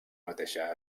mateixa